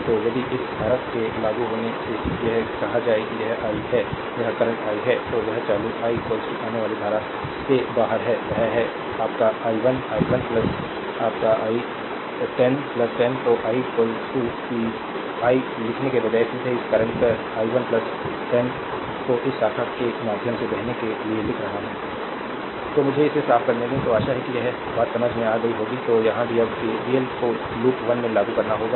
तो यदि इस धारा के लागू होने से यह कहा जाए कि यह आई है यह करंट आई है तो यह चालू i आने वाली धारा से बाहर है वह है your i 1 i 1 your 10 तो i कि आई लिखने के बजाय सीधे इस करंट i 1 10 को इस शाखा के माध्यम से बहने के लिए लिख रहा हूं तो मुझे इसे साफ करने दें तो आशा है कि यह बात समझ में आ गई होगी तो यहाँ भी अब केवीएल को लूप वन में लागू करना होगा